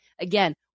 again